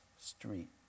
street